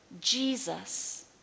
Jesus